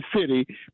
city